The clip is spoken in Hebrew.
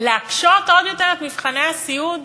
להקשות עוד יותר את מבחני הסיעוד?